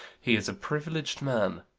he is a privileg'd man.